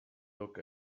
look